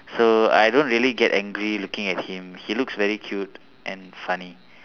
so I don't really get angry looking at him he looks very cute and funny